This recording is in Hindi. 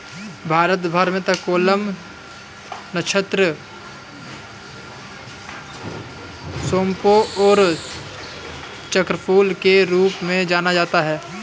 भारत भर में तककोलम, नक्षत्र सोमपू और चक्रफूल के रूप में जाना जाता है